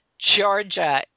Georgia